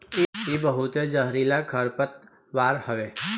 इ बहुते जहरीला खरपतवार हवे